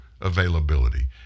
Availability